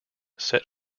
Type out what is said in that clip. set